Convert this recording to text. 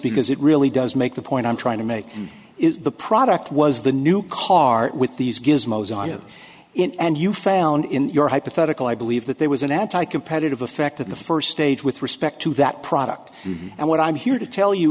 because it really does make the point i'm trying to make is the product was the new car with these gizmos on it and you found in your hypothetical i believe that there was an anti competitive effect in the first stage with respect to that product and what i'm here to tell you